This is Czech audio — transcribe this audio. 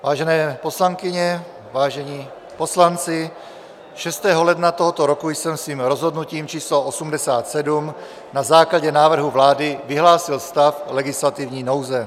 Vážené poslankyně, vážení poslanci, 6. ledna tohoto roku jsem svým rozhodnutím číslo 87 na základě návrhu vlády vyhlásil stav legislativní nouze.